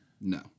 No